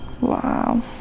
Wow